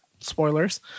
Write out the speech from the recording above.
spoilers